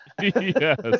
Yes